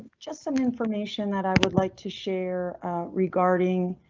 just some information that i would like to share regarding